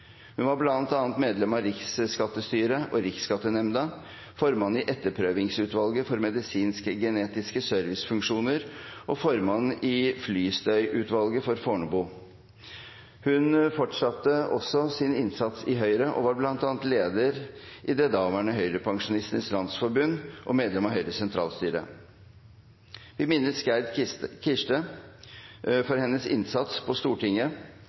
Hun var bl.a. medlem av Riksskattestyret og Riksskattenemnda, formann i Etterprøvingsutvalget for medisinsk-genetiske servicefunksjoner og formann i Flystøyutvalget for Fornebu. Hun fortsatte også sin innsats i Høyre og var bl.a. leder i det daværende Høyrepensjonistenes Landsforbund og medlem av Høyres sentralstyre. Vi minnes Gerd Kirste for hennes innsats på Stortinget